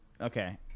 Okay